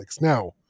Now